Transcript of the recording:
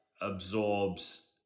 absorbs